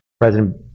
President